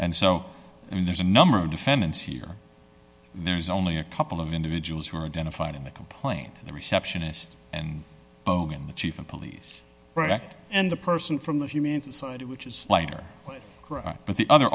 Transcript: and so i mean there's a number of defendants here and there is only a couple of individuals who are identified in the complaint the receptionist and own in the chief of police and the person from the humane society which is lighter but the other